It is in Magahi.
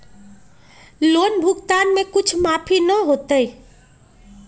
लोन भुगतान में कुछ माफी न होतई?